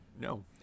No